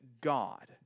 God